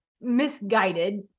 misguided